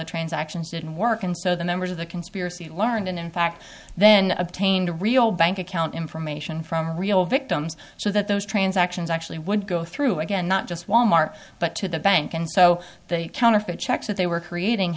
the transactions didn't work and so the numbers of the conspiracy learned and in fact then obtained a real bank account information from real victims so that those transactions actually would go through again not just wal mart but to the bank and so they counterfeit checks that they were creating